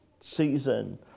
season